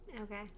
Okay